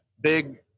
big